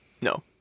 no